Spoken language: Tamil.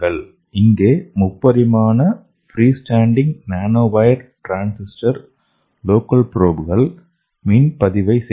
இங்கே முப்பரிமாண free standing nanowire transistor local ப்ரோப்கள் மின் பதிவை செய்கின்றன